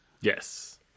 Yes